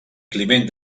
climent